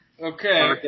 Okay